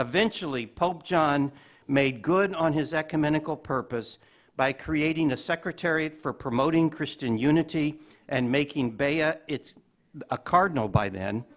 eventually, pope john made good on his ecumenical purpose by creating a secretariat for promoting christian unity and making bea, ah a cardinal by then,